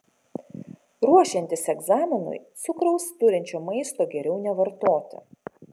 ruošiantis egzaminui cukraus turinčio maisto geriau nevartoti